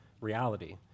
reality